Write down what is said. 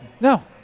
No